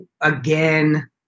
again